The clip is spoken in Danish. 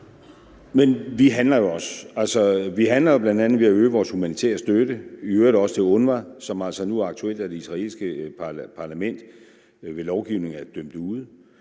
Men vi handler jo også. Vi handler jo bl.a. ved at øge vores humanitære støtte, i øvrigt også til UNRWA, som altså nu aktuelt af det israelske parlament ved lovgivning er dømt ude.